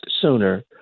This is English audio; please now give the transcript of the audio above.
sooner